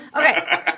Okay